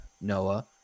Noah